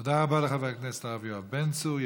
תודה רבה לחבר הכנסת הרב יואב בן צור.